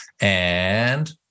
and-